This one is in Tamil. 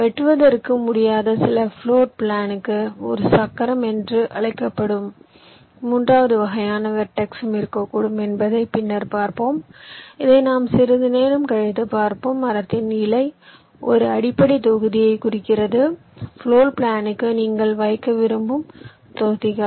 வெட்டுவதற்கு முடியாத சில பிளோர் பிளான்க்கு ஒரு சக்கரம் என்று அழைக்கப்படும் மூன்றாவது வகையான வெர்டெக்ஸும் இருக்கக்கூடும் என்பதை பின்னர் பார்ப்போம் இதை நாம் சிறிது நேரம் கழித்து பார்ப்போம் மரத்தின் இலை ஒரு அடிப்படை தொகுதியைக் குறிக்கிறதுபிளோர் பிளான்க்கு நீங்கள் வைக்க விரும்பும் தொகுதிகள்